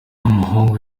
w’umuhungu